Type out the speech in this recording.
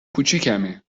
کوچیکمه